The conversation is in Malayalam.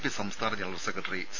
പി സംസ്ഥാന ജനറൽ സെക്രട്ടറി സി